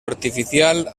artificial